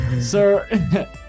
sir